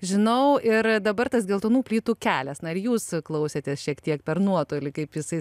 žinau ir dabar tas geltonų plytų kelias na ir jūs klausėtės šiek tiek per nuotolį kaip jisai